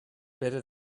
better